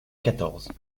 quatorze